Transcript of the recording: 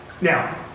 Now